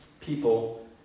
people